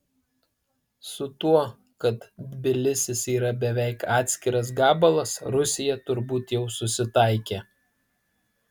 su tuo kad tbilisis yra beveik atkirstas gabalas rusija turbūt jau susitaikė